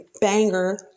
banger